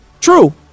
True